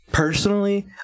Personally